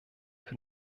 für